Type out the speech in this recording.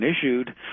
issued